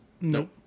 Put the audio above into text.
Nope